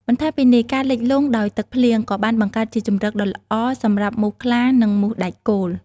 បន្ថែមពីនេះ ការលិចលង់ដោយទឹកភ្លៀងក៏បានបង្កើតជាជម្រកដ៏ល្អសម្រាប់មូសខ្លា និងមូសដែកគោល។